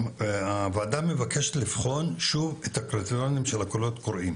הוועדה מבקשת לבחון שוב את הקריטריונים של הקולות הקוראים.